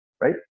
right